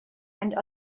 and